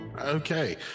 Okay